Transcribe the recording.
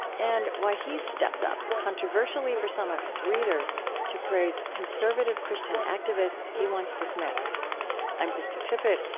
and why he's stepped up controversially for some of his readers to praise conservative christian activists he once dismissed i'm krista tippett.